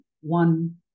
one